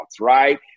right